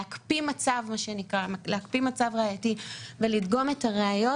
מה שנקרא להקפיא מצב ראייתי ולדגום את הראיות,